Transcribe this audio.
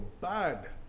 bad